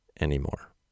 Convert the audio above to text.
anymore